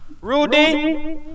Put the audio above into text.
Rudy